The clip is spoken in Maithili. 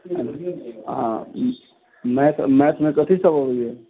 हँ मैथ मे कथि सब अबैया